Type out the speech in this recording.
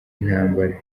intambara